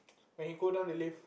when he go down the life